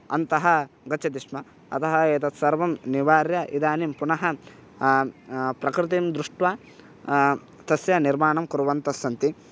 अन्तं गच्छति स्म अतः एतत् सर्वं निवार्य इदानीं पुनः प्रकृतिं दृष्ट्वा तस्य निर्माणं कुर्वन्तस्सन्ति